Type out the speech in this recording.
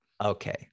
Okay